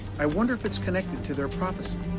i wonder if it's connected to their prophecy.